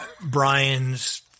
brian's